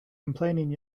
complaining